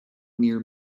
near